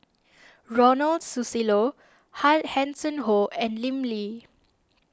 Ronald Susilo Hanson Ho and Lim Lee